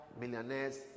millionaires